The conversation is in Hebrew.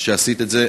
שעשית את זה.